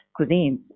cuisines